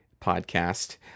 podcast